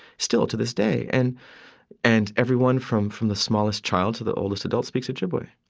still to this day. and and everyone from from the smallest child to the oldest adult speaks ojibwe.